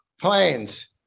planes